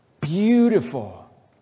Beautiful